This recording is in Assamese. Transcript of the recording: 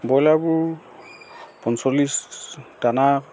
বইলাৰবোৰ পঞ্চল্লিছ দানা